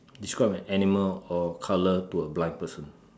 describe an animal or a colour to a blind person